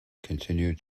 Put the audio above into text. continue